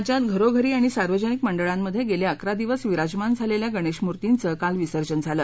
राज्यात घरोघरी आणि सार्वजनिक मंडळांमध्ये गेले अकरा दिवस विराजमान झालेल्या गणेशमूर्तीचं काल विसर्जन झालं